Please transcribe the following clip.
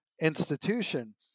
institution